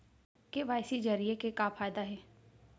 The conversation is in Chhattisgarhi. के.वाई.सी जरिए के का फायदा हे?